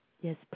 yes